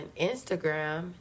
Instagram